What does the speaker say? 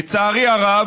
לצערי הרב,